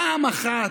פעם אחת,